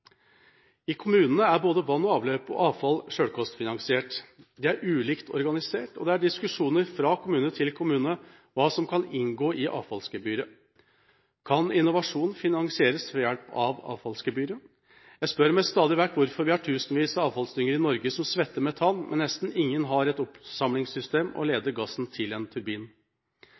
I kommunene er både vann- og avløpsetaten og avfallsetaten selvkostfinansiert. De er ulikt organisert, og det er diskusjoner fra kommune til kommune om hva som kan inngå i avfallsgebyret. Kan innovasjon finansieres ved hjelp av avfallsgebyret? Jeg spør meg stadig vekk hvorfor vi har tusenvis av avfallsdynger i Norge som svetter metan, men nesten ingen som har et oppsamlingssystem som leder gassen til en turbin.